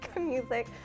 music